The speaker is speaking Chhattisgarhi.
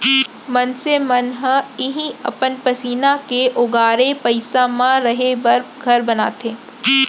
मनसे मन ह इहीं अपन पसीना के ओगारे पइसा म रहें बर घर बनाथे